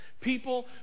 People